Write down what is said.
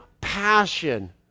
passion